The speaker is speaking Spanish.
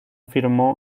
firmó